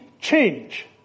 change